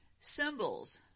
Symbols